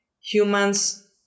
humans